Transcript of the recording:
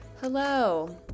Hello